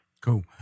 Cool